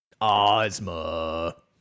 Ozma